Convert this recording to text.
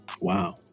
wow